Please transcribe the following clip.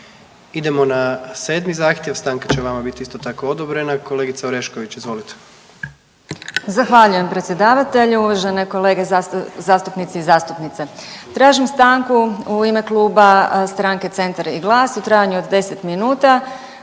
Idemo na sedmi zahtjev, stanka će vama biti isto tako odobrena, kolegica Orešković, izvolite. **Orešković, Dalija (Stranka s imenom i prezimenom)** Zahvaljujem predsjedavatelju. Uvažene kolege zastupnici i zastupnice, tražim stanku u ime Kluba stranke Centar i GLAS u trajanju od 10 minuta